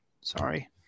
sorry